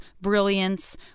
brilliance